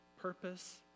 purpose